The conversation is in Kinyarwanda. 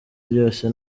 ryose